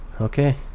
Okay